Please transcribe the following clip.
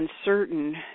uncertain